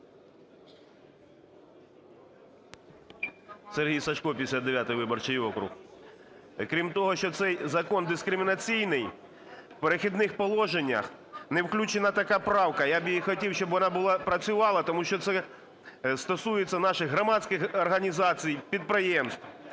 Сергій Сажко, 59 виборчий округ. Крім того, що цей закон дискримінаційний, в "Перехідних положеннях" не включена така правка, я б її хотів, щоб вона була, працювала, тому що це стосується наших громадських організацій, підприємств.